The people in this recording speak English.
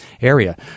area